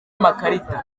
amakarita